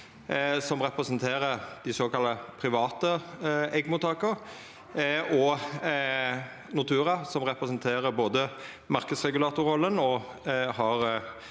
som representerer dei såkalla private eggmottaka, og Nortura, som representerer marknadsregulatorrolla og er